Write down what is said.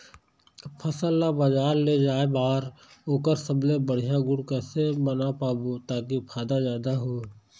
फसल ला बजार ले जाए बार ओकर सबले बढ़िया गुण कैसे बना पाबो ताकि फायदा जादा हो?